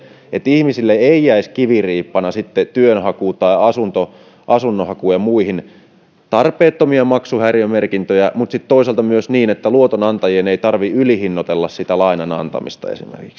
että ihmisille ei jäisi kiviriippana työnhakuun tai asunnonhakuun tai muihin tarpeettomia maksuhäiriömerkintöjä mutta sitten toisaalta myöskään luotonantajien ei tarvitse ylihinnoitella esimerkiksi lainan antamista